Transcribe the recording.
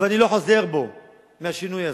ואני לא חוזר בי מהשינוי הזה.